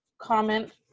comment